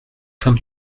femme